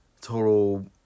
total